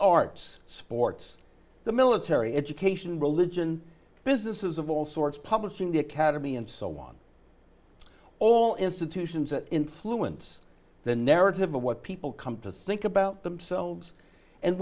arts sports the military education religion businesses of all sorts publishing the academy and so on all institutions that influence the narrative of what people come to think about themselves and